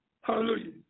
Hallelujah